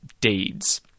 deeds